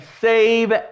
save